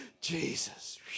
Jesus